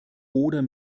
oder